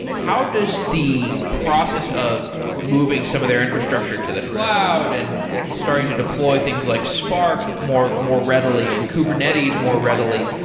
how does the process of moving some of their infrastructure to the cloud and starting to deploy things like spark more, more readily, and kubernetes more readily?